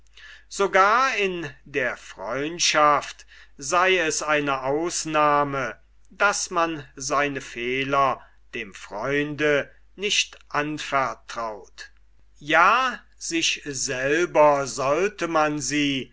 sogar in der freundschaft sei es eine ausnahme daß man seine fehler dem freunde anvertraut ja sich selber sollte man sie